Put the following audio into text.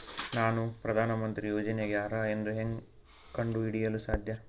ನಾನು ಪ್ರಧಾನ ಮಂತ್ರಿ ಯೋಜನೆಗೆ ಅರ್ಹ ಎಂದು ಹೆಂಗ್ ಕಂಡ ಹಿಡಿಯಲು ಸಾಧ್ಯ?